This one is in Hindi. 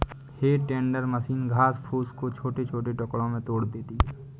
हे टेंडर मशीन घास फूस को छोटे छोटे टुकड़ों में तोड़ देती है